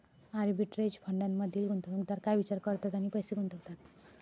Arbitrage फंडांमधील गुंतवणूकदार काय विचार करतात आणि पैसे गुंतवतात?